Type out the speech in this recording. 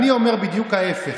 אני אסגור אותם ואקים בית משפט,